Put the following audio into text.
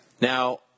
Now